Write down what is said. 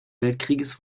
weltkrieges